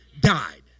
died